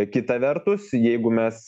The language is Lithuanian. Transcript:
kita vertus jeigu mes